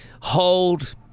hold